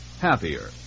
happier